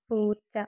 പൂച്ച